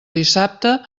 dissabte